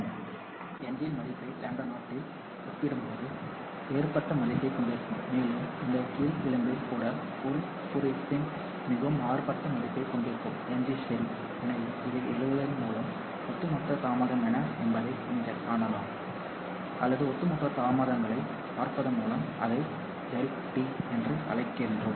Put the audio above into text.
எனவே Ng இன் மதிப்பை λ 0 இல் ஒப்பிடும்போது இது வேறுபட்ட மதிப்பைக் கொண்டிருக்கும் மேலும் இந்த கீழ் விளிம்பில் கூட குழு குறியீட்டின் மிகவும் மாறுபட்ட மதிப்பைக் கொண்டிருக்கும் Ng சரி எனவே இதை எழுதுவதன் மூலம் ஒட்டுமொத்த தாமதம் என்ன என்பதை இங்கே காணலாம் அல்லது ஒட்டுமொத்த தாமதங்களைப் பார்ப்பதன் மூலம் அதை ∆τ என்று அழைக்கிறோம்